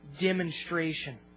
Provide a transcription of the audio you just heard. demonstration